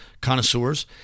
connoisseurs